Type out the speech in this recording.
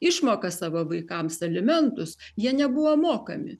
išmoką savo vaikams alimentus jie nebuvo mokami